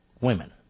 women